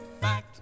fact